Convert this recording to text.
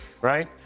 right